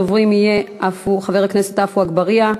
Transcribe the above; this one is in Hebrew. ראשון הדוברים יהיה חבר הכנסת עפו אגבאריה,